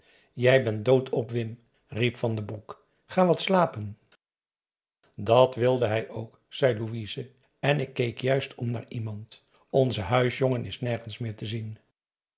jij bent dood op wim riep van den broek ga wat slapen dat wilde hij ook zei louise en ik keek juist om naar iemand onze huisjongen is nergens meer te zien